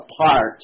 apart